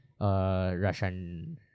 Russian